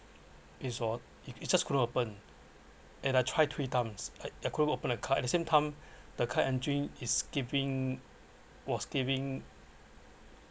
it was it just couldn’t open and I try three times I I couldn’t open the car at the same time the car engine is giving was giving